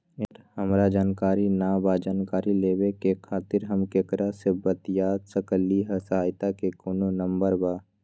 एकर हमरा जानकारी न बा जानकारी लेवे के खातिर हम केकरा से बातिया सकली ह सहायता के कोनो नंबर बा?